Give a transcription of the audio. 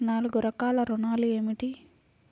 నాలుగు రకాల ఋణాలు ఏమిటీ?